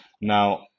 now